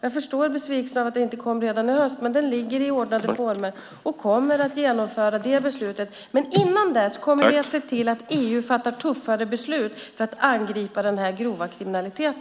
Jag förstår besvikelsen över att den inte kom redan i höst, men den ligger i ordnade former. Vi kommer att genomföra det beslutet, men innan dess kommer vi att se till att EU fattar tuffare beslut för att angripa denna grova kriminalitet.